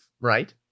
right